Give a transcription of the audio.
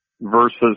versus